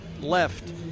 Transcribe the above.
left